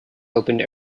opened